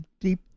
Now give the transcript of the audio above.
deep